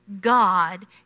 God